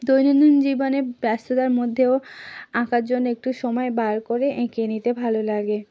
দৈনন্দিন জীবনে ব্যস্ততার মধ্যেও আঁকার জন্য একটু সময় বার করে এঁকে নিতে ভালো লাগে